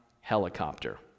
helicopter